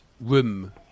room